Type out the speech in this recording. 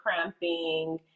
cramping